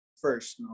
first